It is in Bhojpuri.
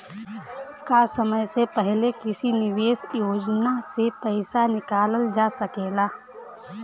का समय से पहले किसी निवेश योजना से र्पइसा निकालल जा सकेला?